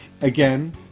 again